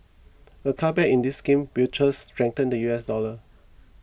a cutback in this scheme will trust strengthen the U S dollar